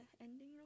ending